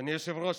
אדוני היושב-ראש,